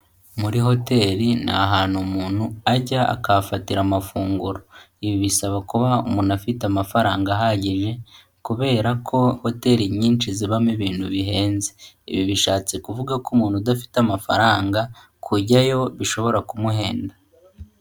Muri hotel ni ahantu umuntu ajya akahafatira amafunguro, ibi bisaba kuba umuntu afite amafaranga ahagije kubera ko hoteli nyinshi zibamo ibintu bihenze, ibi bishatse kuvuga ko umuntu udafite amafaranga kujyayo bishobora kumuhenda.